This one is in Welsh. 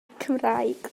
cymraeg